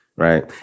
Right